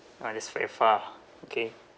ah that's very far okay